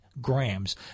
grams